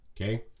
okay